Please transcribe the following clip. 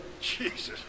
Jesus